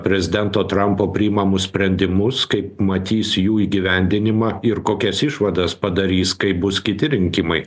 prezidento trampo priimamus sprendimus kaip matys jų įgyvendinimą ir kokias išvadas padarys kai bus kiti rinkimai